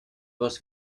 was